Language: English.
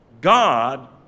God